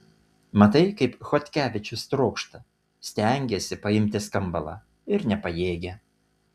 matai kaip chodkevičius trokšta stengiasi paimti skambalą ir nepajėgia